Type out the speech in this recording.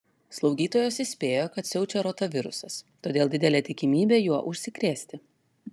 slaugytojos įspėjo kad siaučia rotavirusas todėl didelė tikimybė juo užsikrėsti